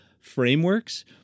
frameworks